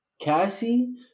Cassie